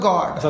God